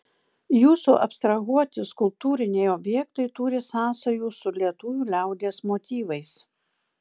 jūsų abstrahuoti skulptūriniai objektai turi sąsajų su lietuvių liaudies motyvais